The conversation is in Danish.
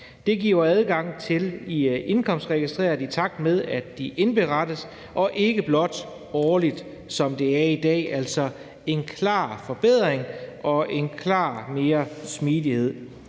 Det giver adgang til indkomstregistret, i takt med at oplysningerne indberettes, og ikke blot årligt, som det er i dag, altså en klar forbedring og klart større smidighed.